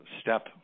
step